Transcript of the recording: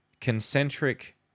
concentric